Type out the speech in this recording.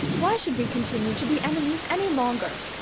why should we continue to be enemies any longer?